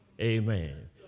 Amen